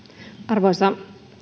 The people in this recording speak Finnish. arvoisa